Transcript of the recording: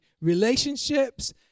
Relationships